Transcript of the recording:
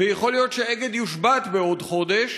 ויכול להיות ש"אגד" יוּשבת בעוד חודש